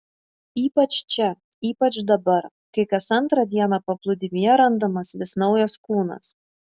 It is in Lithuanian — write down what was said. ypač čia ypač dabar kai kas antrą dieną paplūdimyje randamas vis naujas kūnas